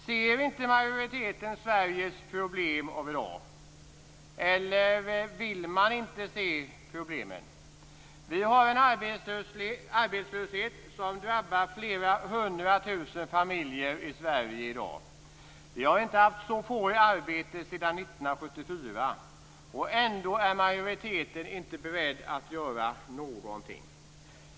Ser inte majoriteten Sveriges problem av i dag, eller vill den inte se problemen? Vi har en arbetslöshet som drabbar flera hundra tusen familjer i Sverige i dag. Vi har inte haft så få i arbete sedan 1974, och ändå är majoriteten inte beredd att göra någonting.